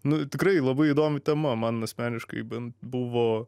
nu tikrai labai įdomi tema man asmeniškai bent buvo